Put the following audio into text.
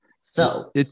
So-